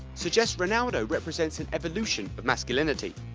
suggests ronaldo represents an evolution of masculinity.